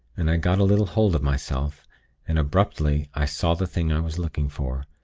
and i got a little hold of myself and abruptly i saw the thing i was looking for,